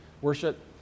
worship